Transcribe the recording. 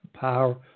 Power